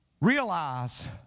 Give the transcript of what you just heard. Realize